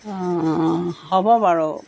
হ'ব বাৰু